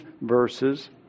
verses